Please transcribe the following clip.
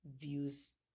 views